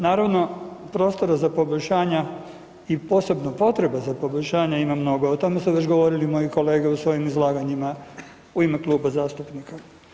Naravno, prostora za poboljšanja i posebno potreba za poboljšanja ima mnogo, o tome su već govorili moji kolege u svojim izlaganjima u ime kluba zastupnika.